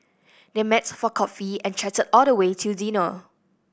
they met for coffee and chatted all the way till dinner